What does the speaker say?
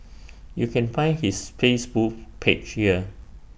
you can find his Facebook page here